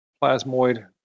plasmoid